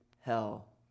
hell